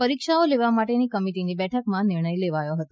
પરીક્ષાઓ લેવા માટેની કમિટીની બેઠકમાં આ નિર્ણય લેવાયો હતો